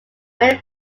many